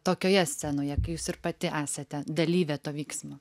tokioje scenoje kai jūs ir pati esate dalyvė to vyksmo